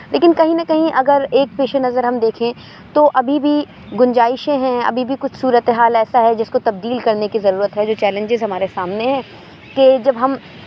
لیکن کہیں نہ کہیں اگر ایک پیش نظر ہم دیکھیں تو ابھی بھی گنجائشیں ہیں ابھی بھی کچھ صورت حال ایسا ہے جس کو تبدیل کرنے کی ضرورت ہے جو چیلنجز ہمارے سامنے ہیں کہ جب ہم